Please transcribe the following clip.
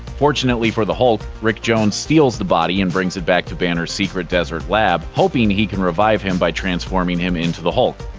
fortunately for the hulk, rick jones steals the body and brings it back to banner's secret desert lab, hoping he can revive him by transforming him into the hulk.